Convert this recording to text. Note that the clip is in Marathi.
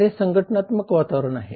तर हे संघटनात्मक वातावरण आहे